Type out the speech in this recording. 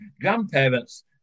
grandparents